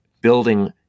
building